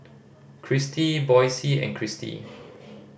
Christi Boysie and Kristi